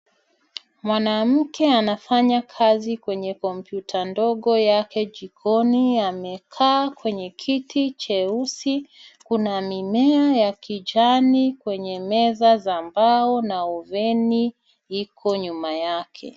Mwanamke anafanya kazi kwenye kompyuta ndogo yake jikoni amekaa kwenye kiti cheusi, kuna mimea ya kijani kwenye meza za mbao na oveni iko nyuma yake.